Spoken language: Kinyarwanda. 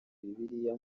bibiliya